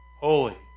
Holy